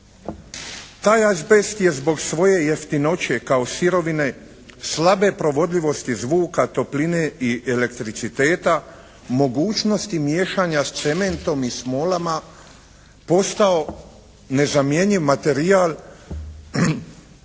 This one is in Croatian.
Taj azbest je zbog svoje jeftinoće kao sirovine slabe provodljivosti zvuka, topline i elektriciteta mogućnosti miješanja s cementom i smolama postao nezamjenjiv materijal